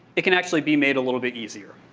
it can actually be made a little bit easier.